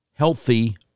healthy